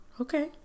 Okay